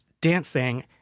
dancing